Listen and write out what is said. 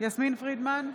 יסמין פרידמן,